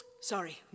Sorry